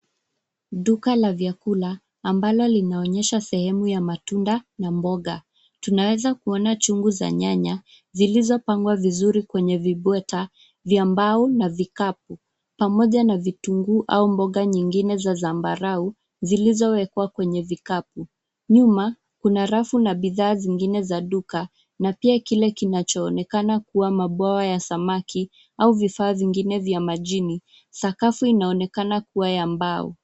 Duka la vyakula, ambalo linaonyesha sehemu ya matunda na mboga. Tunaweza kuona chungu za nyanya, zilizopangwa vizuri kwenye vibweta vya mbao na vikapu pamoja na vitunguu au mboga zingine za zambarau, zilizowekwa kwenye vikapu. Nyuma, kuna rafu na bidhaa zingine za duka. Na pia kile kinachoonekana kuwa mabwawa ya samaki, au vifaa vingine vya majini. Sakafu inaonekana kuwa ya mbao.